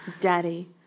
daddy